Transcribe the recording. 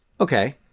Okay